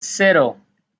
cero